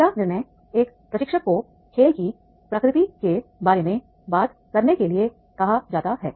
पहला निर्णय एक प्रशिक्षक को खेल की प्रकृति के बारे में बात करने के लिए कहा जाता है